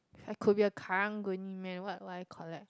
I could be a karung-guni man what would I collect